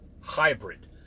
hybrid